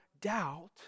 doubt